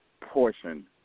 Portion